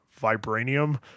Vibranium